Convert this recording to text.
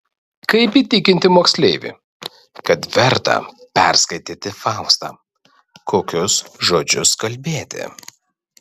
kaip įtikinti moksleivį kad verta perskaityti faustą kokius žodžius kalbėti